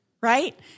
right